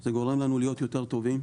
זה גורם לנו להיות יותר טובים,